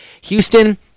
Houston